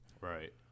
right